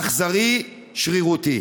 אכזרי, שרירותי.